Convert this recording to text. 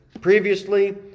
previously